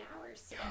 hours